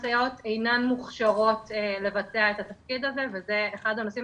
סייעות אינן מוכשרות לבצע את התפקיד הזה וזה אחד הנושאים